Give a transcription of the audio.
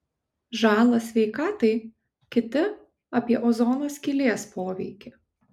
žalą sveikatai kiti apie ozono skylės poveikį